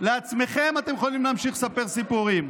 לעצמכם אתם יכולים להמשיך לספר סיפורים.